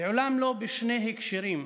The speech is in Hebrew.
"לעולם לא" בשני הקשרים: